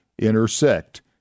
intersect